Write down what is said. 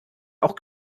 auch